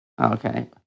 Okay